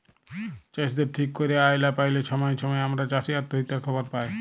চাষীদের ঠিক ক্যইরে আয় লা প্যাইলে ছময়ে ছময়ে আমরা চাষী অত্যহত্যার খবর পায়